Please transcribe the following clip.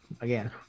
again